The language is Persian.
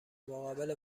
مقابل